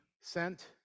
sent